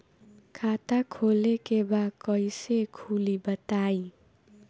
खाता खोले के बा कईसे खुली बताई?